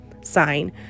sign